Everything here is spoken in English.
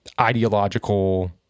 ideological